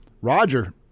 Roger